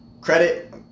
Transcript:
Credit